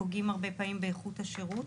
פוגעים הרבה פעמים באיכות השירות.